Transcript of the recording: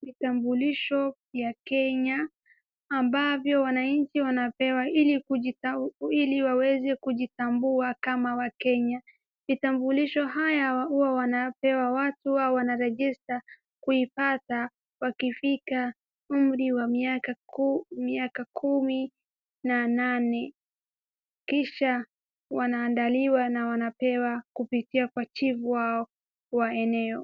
Vitambulisho vya Kenya ambavyo wananchi wanapewa ili waweze kujitambua kama wakenya. Vitambulisho hizi huwa wanapewa watu au wanaregesha kuipata wakifika umri wa miaka kumi na nane, kisha wanaandaliwa na kupewa kupitia kwa chief wao wa eneo.